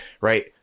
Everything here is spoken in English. right